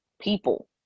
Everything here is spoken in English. people